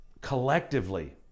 collectively